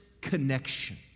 connection